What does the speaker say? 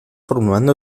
formulando